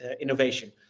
innovation